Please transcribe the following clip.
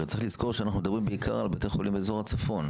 הרי צריך לזכור שאנחנו מדברים בעיקר על בתי חולים באזור הצפון.